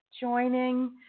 joining